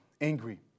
angry